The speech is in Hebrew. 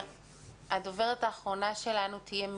הדוברת האחרונה שלנו תהיה מיקה.